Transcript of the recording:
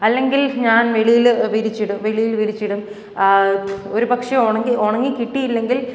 അല്ലെങ്കിൽ ഞാൻ വെളിയിൽ വിരിച്ചിടും വെളിയിൽ വിരിച്ചിടും ഒരു പക്ഷേ ഉണങ്ങി ഉണങ്ങി കിട്ടിയില്ലെങ്കിൽ